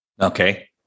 Okay